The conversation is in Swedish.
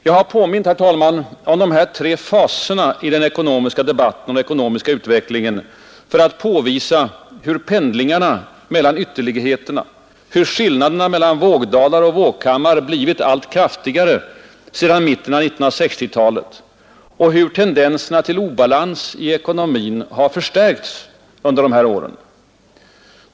Jag har påmint om dessa tre faser i den ekonomiska debatten för att påvisa hur pendlingarna mellan ytterligheterna, hur skillnaderna mellan vågdalar och vågkammar blivit allt kraftigare sedan mitten av 1960-talet och hur tendenserna till obalans i ekonomin under senare år har förstärkts.